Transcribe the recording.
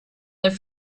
their